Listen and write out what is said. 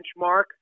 benchmark